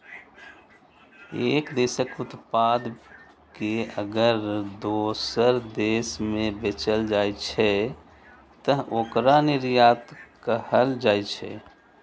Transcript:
एक देशक उत्पाद कें अगर दोसर देश मे बेचल जाइ छै, तं ओकरा निर्यात कहल जाइ छै